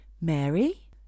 Mary